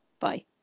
Bye